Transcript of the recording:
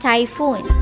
Typhoon